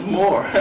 more